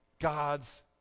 God's